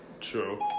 True